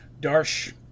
Darsh